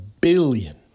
billion